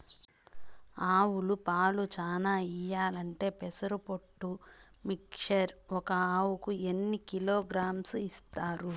ఆవులు పాలు చానా ఇయ్యాలంటే పెసర పొట్టు మిక్చర్ ఒక ఆవుకు ఎన్ని కిలోగ్రామ్స్ ఇస్తారు?